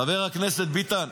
חבר הכנסת ביטן,